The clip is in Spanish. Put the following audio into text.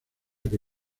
que